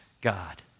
God